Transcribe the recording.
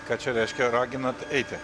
ką čia reiškia raginat eiti